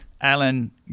Alan